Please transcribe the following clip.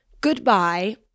goodbye